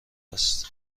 است